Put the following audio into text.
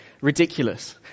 ridiculous